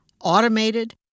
automated